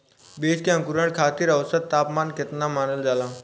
बीज के अंकुरण खातिर औसत तापमान केतना मानल जाला?